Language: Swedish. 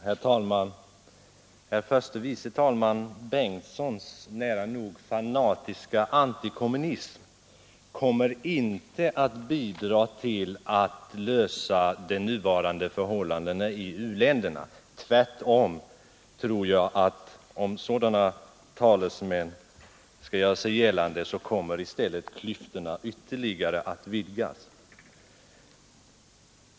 Herr talman! Herr förste vice talmannen Bengtsons nära nog fanatiska antikommunism kommer inte att bidra till att lösa de nuvarande problemen i u-länderna. Tvärtom tror jag att om sådana talesmän skall göra sig gällande kommer klyftorna ytterligare att vidgas.